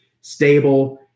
stable